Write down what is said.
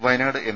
Wayanad M